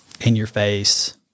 in-your-face